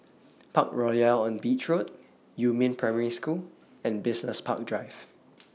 Parkroyal on Beach Road Yumin Primary School and Business Park Drive